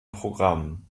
programm